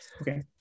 Okay